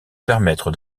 permettre